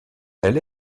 elle